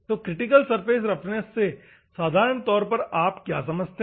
तो critical surface roughness से साधारण तौर पर आप क्या समझते हैं